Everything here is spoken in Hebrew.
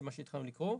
- זה מה שהתחלנו לקרוא.